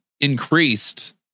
increased